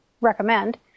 recommend